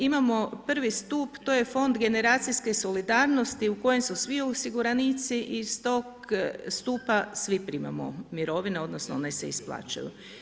Imamo I stup, to je fond generacijske solidarnosti u kojem su svi osiguranici i iz tog stupa svi primamo mirovine, odnosno one se isplaćuju.